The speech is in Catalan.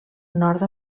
nord